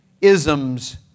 isms